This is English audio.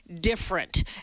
different